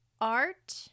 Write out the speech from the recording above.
art